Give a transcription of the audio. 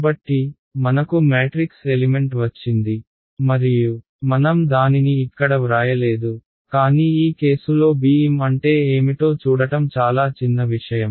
కాబట్టి మనకు matrix element వచ్చింది మరియు మనం దానిని ఇక్కడ వ్రాయలేదు కానీ ఈ కేసులో bm అంటే ఏమిటో చూడటం చాలా చిన్న విషయం